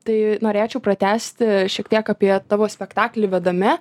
tai norėčiau pratęsti šiek tiek apie tavo spektaklį vedami